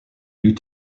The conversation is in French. eut